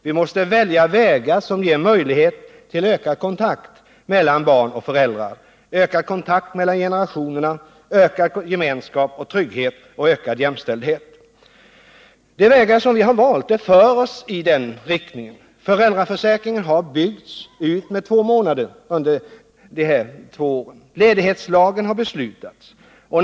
Vi måste välja vägar som ger möjlighet till ökad kontakt mellan barn och föräldrar, ökad kontakt mellan generationerna, ökad gemenskap och trygghet och ökad jämställdhet. De vägar vi har valt för oss i den riktningen. Föräldraförsäkringen har byggts ut med två månader. Ledighetslagen har beslutats.